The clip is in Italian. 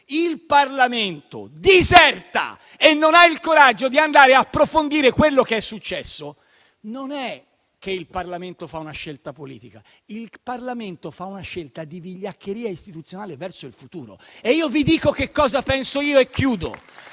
il Parlamento diserta e non ha il coraggio di andare ad approfondire quello che è successo, non è che il Parlamento fa una scelta politica: il Parlamento fa una scelta di vigliaccheria istituzionale verso il futuro. Vi dico che cosa penso io e chiudo: